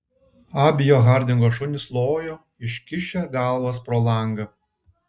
abio hardingo šunys lojo iškišę galvas pro langą